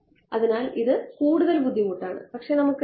അതിനാൽ ഇത് കൂടുതൽ ബുദ്ധിമുട്ടാണ് പക്ഷേ നമുക്ക് എടുക്കാം